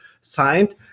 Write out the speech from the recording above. signed